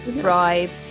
bribed